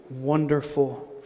wonderful